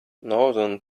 northern